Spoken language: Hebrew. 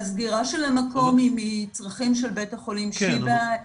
הסגירה של המקום היא מצרכים של בית חולים שיבא.